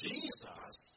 Jesus